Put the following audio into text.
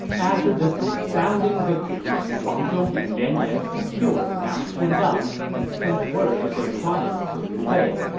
after this resounding victory, huang zhong and yan yan secured mount tiandang and sent word of their triumph to liu bei,